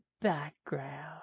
background